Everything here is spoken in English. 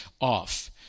off